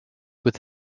with